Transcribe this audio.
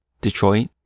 Detroit